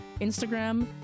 Instagram